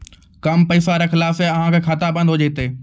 कम पैसा रखला से अहाँ के खाता बंद हो जैतै?